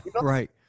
right